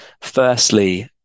firstly